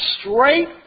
straight